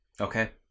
Okay